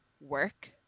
work